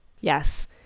Yes